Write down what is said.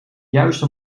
juiste